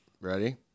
Ready